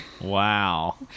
Wow